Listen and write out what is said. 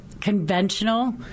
conventional